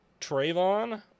Trayvon